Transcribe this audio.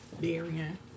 Darian